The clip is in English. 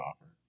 offer